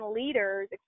leaders